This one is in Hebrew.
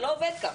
זה לא עובד כך.